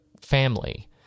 family